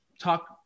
talk